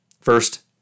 First